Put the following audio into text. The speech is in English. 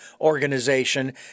organization